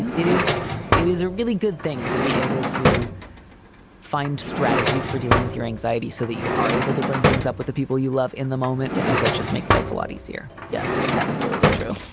and it is it is a really good thing to be able to find strategies for dealing with your anxiety so that you are able to bring things up with the people you love in the moment. that just makes life a lot easier. yes, absolutely true.